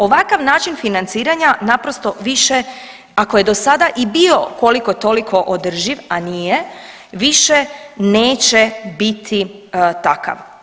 Ovakav način financiranja naprosto više ako je do sada i bio koliko toliko održiv, a nije, više neće biti takav.